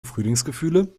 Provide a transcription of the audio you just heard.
frühlingsgefühle